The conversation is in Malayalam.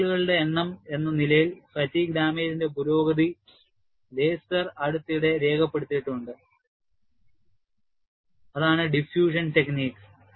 സൈക്കിളുകളുടെ എണ്ണം എന്ന നിലയിൽ ഫാറ്റീഗ് ഡാമേജ്ന്റെ പുരോഗതി ലേസർ അടുത്തിടെ രേഖപ്പെടുത്തിയിട്ടുണ്ട് ഡിഫ്യൂഷൻ ടെക്നിക്